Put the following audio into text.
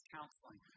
Counseling